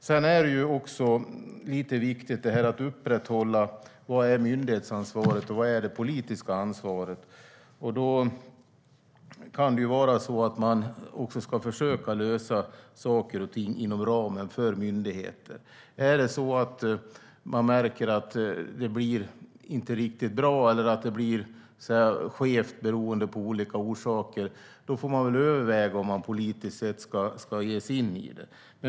Sedan är det också viktigt att upprätthålla vad som är myndighetsansvaret och vad som är det politiska ansvaret. Det kan vara så att man ska försöka lösa saker och ting inom ramen för myndigheten. Om man märker att det blir skevt av olika orsaker får man väl överväga om man politiskt sett ska ge sig in i det.